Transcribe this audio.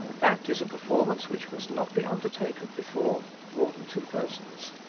that is a performance which must not be undertaken before more than two persons.